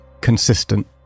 consistent